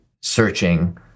searching